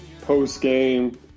post-game